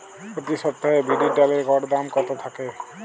প্রতি সপ্তাহে বিরির ডালের গড় দাম কত থাকে?